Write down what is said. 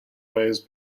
ways